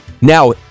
Now